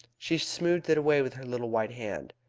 she smoothed it away with her little white hand.